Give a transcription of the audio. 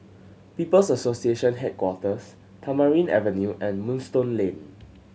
People's Association Headquarters Tamarind Avenue and Moonstone Lane